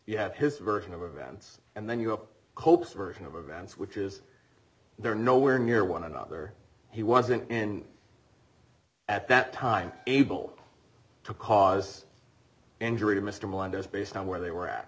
you have his version of events and then you go cope's version of events which is they're nowhere near one another he wasn't in at that time able to cause injury to mr melendez based on where they were at